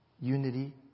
unity